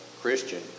christian